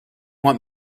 want